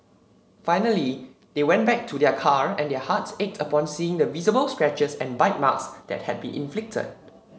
finally they went back to their car and their hearts ached upon seeing the visible scratches and bite marks that had been inflicted